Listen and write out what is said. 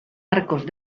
arcos